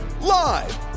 Live